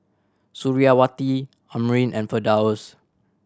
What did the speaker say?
Suriawati Amrin and Firdaus